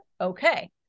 Okay